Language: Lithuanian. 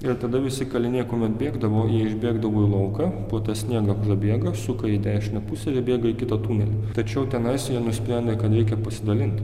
ir tada visi kaliniai kuomet bėgdavo jie išbėgdavo į lauką po tą sniegą prabėga suka į dešinę pusę ir įbėga į kitą tunelį tačiau tenais jie nusprendė kad reikia pasidalinti